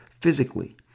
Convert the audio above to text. physically